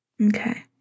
Okay